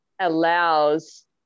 allows